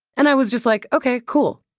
and i was just like ok cool.